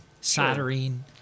soldering